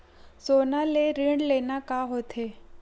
सोना ले ऋण लेना का होथे?